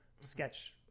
sketch